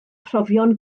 profion